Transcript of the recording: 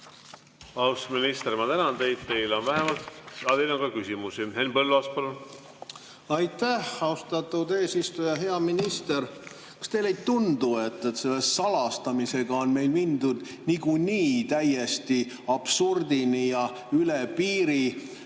austatud eesistuja! Hea minister! Kas teile ei tundu, et selle salastamisega on meil mindud niikuinii täiesti absurdini ja üle piiri?